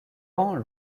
ans